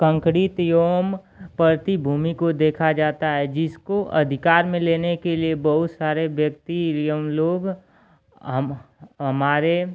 concrete एवं परती भूमि को देखा जाता है जिसको अधिकार में लेने के लिए बहुत सारे व्यक्ति एवं लोग हम हमारी